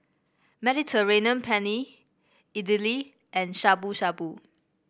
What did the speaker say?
Mediterranean Penne Idili and Shabu Shabu